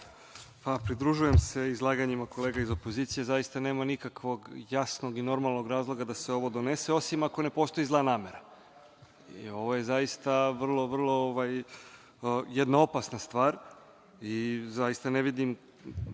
Pridružujem se izlaganjima kolega iz opozicije. Zaista nema nikakvog jasnog i normalnog razloga da se ovo donese, osim ako ne postoji zla namera. Ovo je zaista vrlo, vrlo jedna opasna stvar i zaista ne vidim